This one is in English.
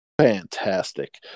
fantastic